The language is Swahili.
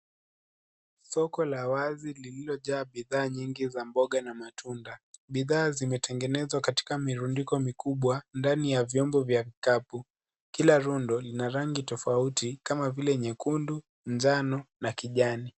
Soko la wazi lililojaa bidhaa nyingi za mboga na matunda, bidhaa zimetengenezwa katika mirundiko mikubwa ndani ya vyombo vya kikapu, kila rundo lina rangi tofauti, kama vile nyekundu, njano na kijani.